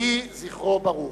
יהי זכרו ברוך.